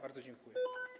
Bardzo dziękuję.